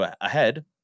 ahead